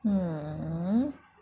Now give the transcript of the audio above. hmm